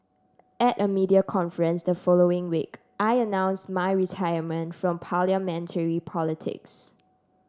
at a media conference the following week I announced my retirement from Parliamentary politics